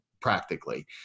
practically